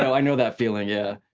so i know that feeling, yeah.